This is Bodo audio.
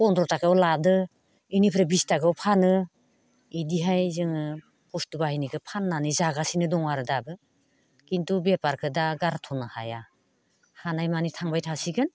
फन्द्र' थाखायाव लादों बेनिफ्राय बिस थाखायाव फानो बिदिहाय जोङो खस्थ' बाहायनायखौ फाननानै जागासिनो दङ आरो दाबो खिन्थु बेफारखौ दा गारथ'नो हाया हानाय मानि थांबाय थासिगोन